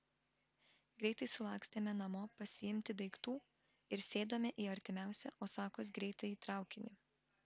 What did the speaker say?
greitai sulakstėme namo pasiimti daiktų ir sėdome į artimiausią osakos greitąjį traukinį